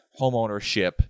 homeownership